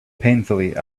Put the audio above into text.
painfully